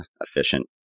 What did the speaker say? efficient